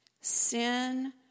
sin